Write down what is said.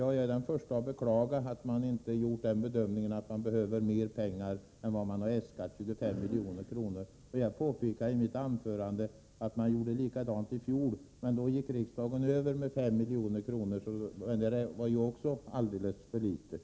Jag är den första att beklaga att man inte har gjort den bedömningen att man behöver mer pengar än vad man har äskat, 25 milj.kr. Jag påpekade i mitt anförande att man gjorde likadant i fjol. Då gick riksdagen över med 5 milj.kr., men det var också alldeles för litet.